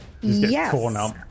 yes